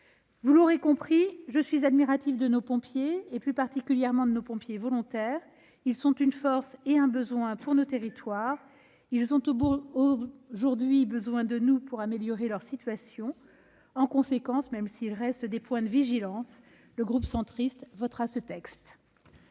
Vous l'aurez compris, je suis admirative de nos pompiers, plus particulièrement de nos pompiers volontaires. Ils sont une force et un besoin pour nos territoires. Ils ont aujourd'hui besoin de nous pour améliorer leur situation. En conséquence, même s'il reste des points de vigilance, le groupe Union Centriste votera ce texte.